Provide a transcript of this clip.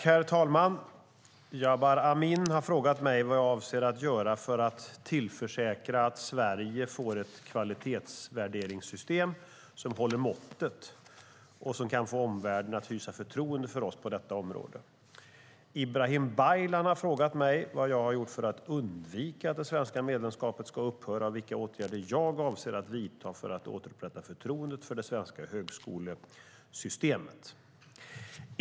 Herr talman! Jabar Amin har frågat mig vad jag avser att göra för att tillförsäkra att Sverige får ett kvalitetsutvärderingssystem som håller måttet och som kan få omvärlden att hysa förtroende för oss på detta område. Ibrahim Baylan har frågat mig vad jag har gjort för att undvika att det svenska medlemskapet ska upphöra och vilka åtgärder jag avser att vidta för att återupprätta förtroendet för det svenska högskolesystemet.